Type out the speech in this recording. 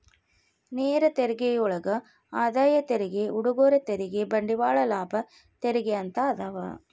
ನೇರ ತೆರಿಗೆಯೊಳಗ ಆದಾಯ ತೆರಿಗೆ ಉಡುಗೊರೆ ತೆರಿಗೆ ಬಂಡವಾಳ ಲಾಭ ತೆರಿಗೆ ಅಂತ ಅದಾವ